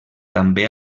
també